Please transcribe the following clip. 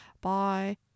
Bye